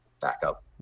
backup